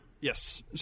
Yes